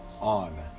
On